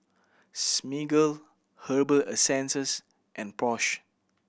Smiggle Herbal Essences and Porsche